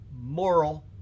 moral